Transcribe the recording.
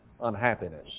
unhappiness